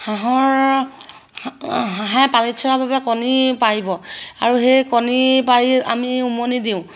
হাঁহৰ হাঁহে পানীত চৰাৰ বাবে কণী পাৰিব আৰু সেই কণী পাৰি আমি উমনি দিওঁ